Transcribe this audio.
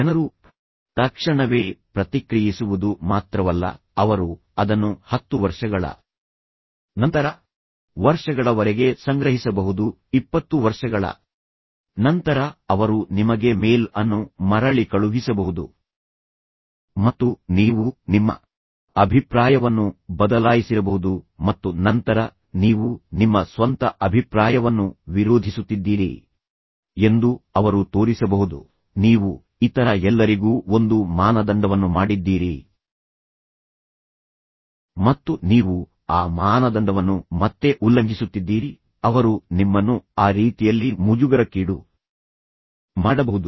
ಜನರು ತಕ್ಷಣವೇ ಪ್ರತಿಕ್ರಿಯಿಸುವುದು ಮಾತ್ರವಲ್ಲ ಅವರು ಅದನ್ನು 10 ವರ್ಷಗಳ ನಂತರ ವರ್ಷಗಳವರೆಗೆ ಸಂಗ್ರಹಿಸಬಹುದು 20 ವರ್ಷಗಳ ನಂತರ ಅವರು ನಿಮಗೆ ಮೇಲ್ ಅನ್ನು ಮರಳಿ ಕಳುಹಿಸಬಹುದು ಮತ್ತು ನೀವು ನಿಮ್ಮ ಅಭಿಪ್ರಾಯವನ್ನು ಬದಲಾಯಿಸಿರಬಹುದು ಮತ್ತು ನಂತರ ನೀವು ನಿಮ್ಮ ಸ್ವಂತ ಅಭಿಪ್ರಾಯವನ್ನು ವಿರೋಧಿಸುತ್ತಿದ್ದೀರಿ ಎಂದು ಅವರು ತೋರಿಸಬಹುದು ನೀವು ಇತರ ಎಲ್ಲರಿಗೂ ಒಂದು ಮಾನದಂಡವನ್ನು ಮಾಡಿದ್ದೀರಿ ಮತ್ತು ನೀವು ಆ ಮಾನದಂಡವನ್ನು ಮತ್ತೆ ಉಲ್ಲಂಘಿಸುತ್ತಿದ್ದೀರಿ ಅವರು ನಿಮ್ಮನ್ನು ಆ ರೀತಿಯಲ್ಲಿ ಮುಜುಗರಕ್ಕೀಡು ಮಾಡಬಹುದು